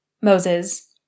Moses